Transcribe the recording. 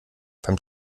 beim